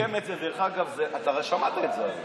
מי שתרגם את זה, דרך אגב, זה, אתה הרי שמעת את זה.